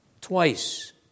Twice